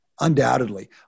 undoubtedly